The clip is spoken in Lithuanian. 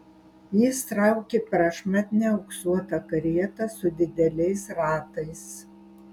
jis traukė prašmatnią auksuotą karietą su dideliais ratais